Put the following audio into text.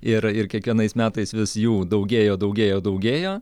ir ir kiekvienais metais vis jų daugėjo daugėjo daugėjo